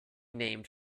named